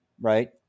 right